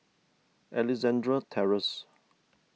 Alexandra Terrace